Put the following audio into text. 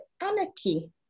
Anarchy